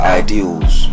ideals